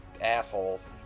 assholes